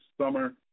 summer